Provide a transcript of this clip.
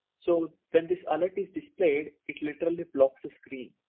so when this alert is displayed, it literally blocks the screen.